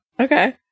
Okay